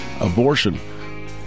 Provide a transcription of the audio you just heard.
abortion